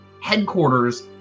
headquarters